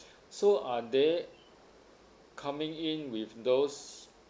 so are they coming in with those